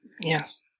Yes